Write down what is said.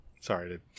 sorry